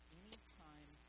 anytime